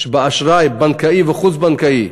באשראי בנקאי וחוץ-בנקאי,